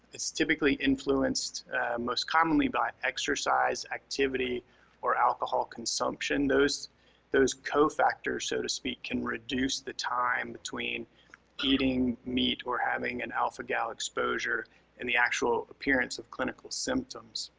it's typically influenced most commonly by exercise activity or alcohol consumption. those those cofactors, so to speak, can reduce the time between eating meat or having an alpha-gal exposure and the actual appearance of clinical symptoms.